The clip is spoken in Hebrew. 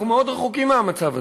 אנחנו מאוד רחוקים מהמצב הזה.